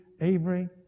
Avery